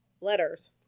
letters